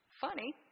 Funny